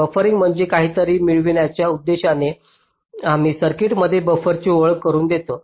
buffering म्हणजे काहीतरी मिळवण्याच्या उद्देशाने आम्ही सर्किटमध्ये बफरची ओळख करुन देतो